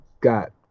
got